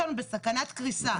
בסכנת קריסה.